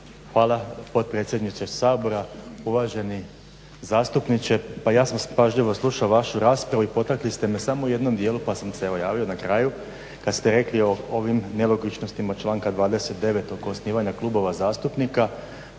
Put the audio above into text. Hvala potpredsjedniče Sabora. Uvaženi zastupniče, pa ja sam pažljivo slušao vašu raspravu i potakli ste me samo u jednom dijelu pa sam se evo javio na kraju, kad ste rekli o ovim nelogičnostima članka 29. kod osnivanja klubova zastupnika.